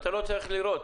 אתה לא צריך לראות.